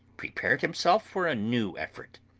prepared himself for a new effort.